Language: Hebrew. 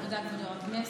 תודה, כבוד יו"ר הישיבה.